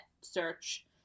search